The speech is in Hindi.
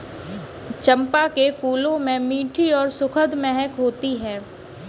चंपा के फूलों में मीठी और सुखद महक होती है